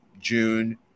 June